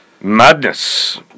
madness